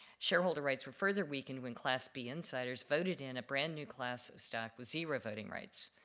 shareholder rights were further weakened when class b insiders voted in a brand-new class of stock with zero voting rights.